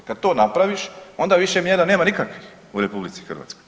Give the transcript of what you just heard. Kad to napraviš, onda više mjera nema nikakvih u RH.